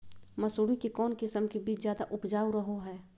मसूरी के कौन किस्म के बीच ज्यादा उपजाऊ रहो हय?